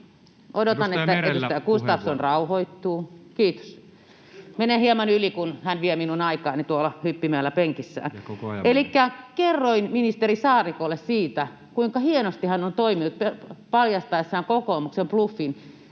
Odotan, että edustaja Gustafsson rauhoittuu. Arvoisa puhemies! Kiitos. — Menee hieman yli, kun hän vie minun aikaani tuolla hyppimällä penkissään. Elikkä kerroin ministeri Saarikolle siitä, kuinka hienosti hän on toiminut paljastaessaan kokoomuksen bluffin,